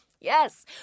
Yes